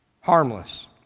Harmless